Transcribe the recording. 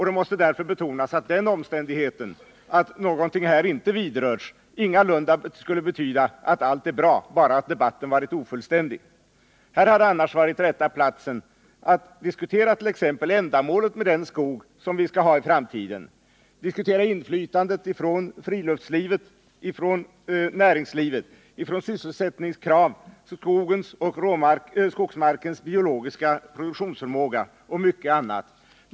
Det måste därför betonas att den omständigheten att någonting här inte vidrörts ingalunda betyder att allt är bra utan bara att debatten varit ofullständig. Här hade annars varit rätta platsen att diskutera t.ex. ändamålet med den skog som vi skall ha i framtiden, att diskutera inflytandet från friluftslivet, näringslivet, sysselsättningskrav, skogens och skogsmarkens biologiska produktionsförmåga och mycket annat.